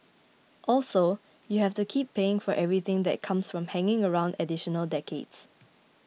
also you have to keep paying for everything that comes from hanging around additional decades